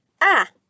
Ah